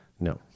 No